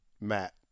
Matt